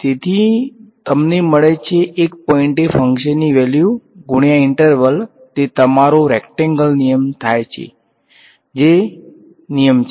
તેથી તમને મળે છે એક પોઈંટે ફંક્શનની વેલ્યુ ગુણ્યા ઈંટર્વલ તે તમારો રેક્ટેંગલ નિયમ થાય છે જે તમારો રેક્ટેંગલ નિયમ છે